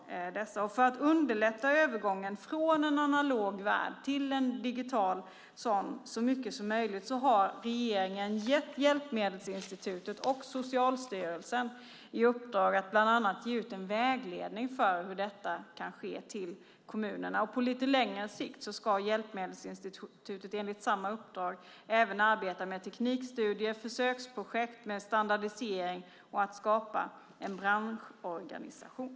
För att så mycket som möjligt underlätta övergången från en analog värld till en digital sådan har regeringen gett Hjälpmedelsinstitutet och Socialstyrelsen i uppdrag att bland annat ge ut en vägledning för hur detta kan ske till kommunerna. På lite längre sikt ska Hjälpmedelsinstitutet enligt samma uppdrag även arbeta med teknikstudier, med försöksprojekt med standardisering och med att skapa en branschorganisation.